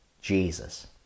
Jesus